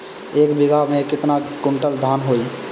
एक बीगहा में केतना कुंटल धान होई?